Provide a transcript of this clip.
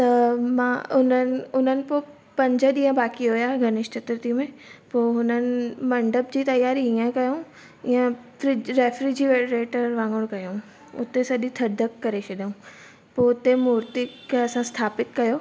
त मां उन्हनि उन्हनि पोइ पंज ॾींहं बाक़ी हुया गणेश चतुर्थी में पोइ हुननि मंडप जी तयारी हीअं कयऊं हीअं फ्रिज रैफ्रीजरेटर वांगुरु कयऊं हुते सॼी थधिप करे छॾियऊं पोइ हुते मूर्ती खे असां स्थापित कयो